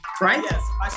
right